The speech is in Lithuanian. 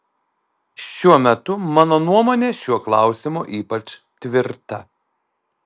šiuo metu mano nuomonė šiuo klausimu ypač tvirta